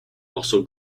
also